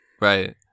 Right